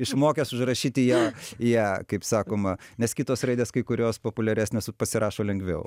išmokęs užrašyti ją ją kaip sakoma nes kitos raidės kai kurios populiaresnės pasirašo lengviau